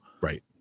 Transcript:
Right